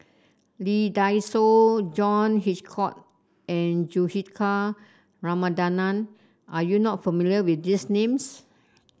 Lee Dai Soh John Hitchcock and Juthika Ramanathan are you not familiar with these names